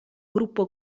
gruppo